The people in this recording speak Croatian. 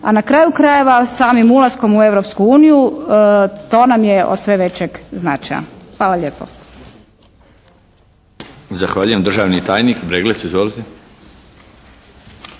A na kraju krajeva samim ulaskom u Europsku uniju to nam je od sve većeg značaja. Hvala lijepo.